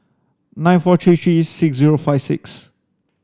nine four three three six zero five six